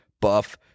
buff